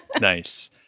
Nice